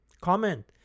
Comment